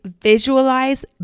visualize